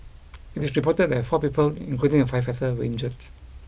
it is reported that four people including the firefighter were injured